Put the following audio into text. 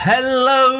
Hello